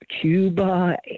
Cuba